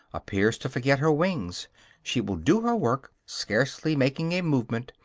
appears to forget her wings she will do her work, scarcely making a movement,